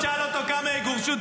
תשאל אותו כמה יגורשו.